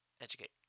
Educate